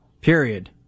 period